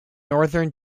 northern